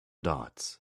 dots